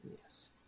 Yes